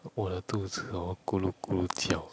我的肚子 hor 咕噜咕噜叫